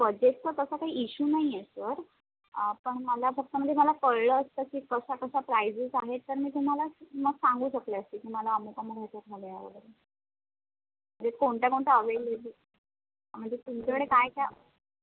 बजेटचा तसा काही इश्यू नाही आहे सर पण मला फक्त म्हणजे मला कळलं असतं की कशा कशा प्राईजेस आहेत तर मी तुम्हाला मग सांगू शकले असते की मला अमूक अमूक याच्यात हवी आहे वगैरे म्हणजे कोणत्या कोणत्या अवेलेबल म्हणजे तुमच्याकडे काय काय